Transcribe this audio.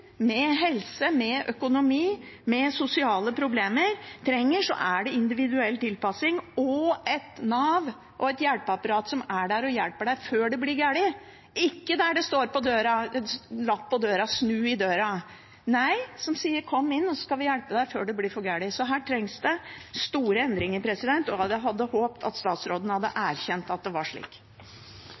individuell tilpasning og et Nav og et hjelpeapparat som er der og hjelper en før det går galt, ikke der det står en lapp på døra: «Snu i døra!» – nei, som sier: Kom inn, så skal vi hjelpe deg før det blir for galt. Her trengs det store endringer, og jeg hadde håpet at statsråden hadde erkjent at det er slik.